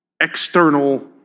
external